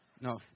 No